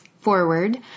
forward